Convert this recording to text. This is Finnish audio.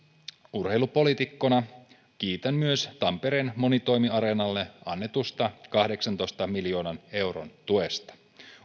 urheilupoliitikkona kiitän myös tampereen monitoimiareenalle annetusta kahdeksantoista miljoonan euron tuesta